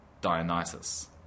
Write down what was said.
Dionysus